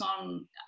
on